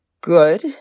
good